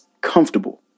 comfortable